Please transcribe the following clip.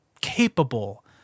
capable